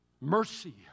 Mercy